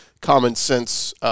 common-sense